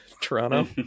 Toronto